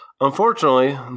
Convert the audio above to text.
unfortunately